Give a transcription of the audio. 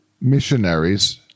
missionaries